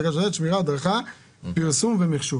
פרסום ומחשוב